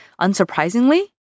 Unsurprisingly